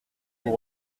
vous